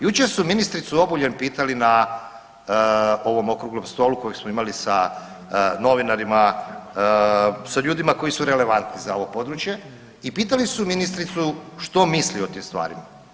Jučer su ministricu Obuljen pitali na ovom Okruglom stolu kojeg smo imali sa novinarima, sa ljudima koji su relevantni za ovo područje i pitali su ministricu što misli o tim stvarima.